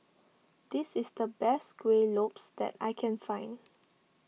this is the best Kueh Lopes that I can find